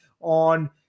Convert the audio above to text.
on